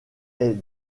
est